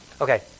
Okay